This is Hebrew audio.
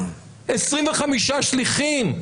25 שליחים,